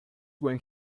when